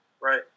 Right